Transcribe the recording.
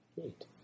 Great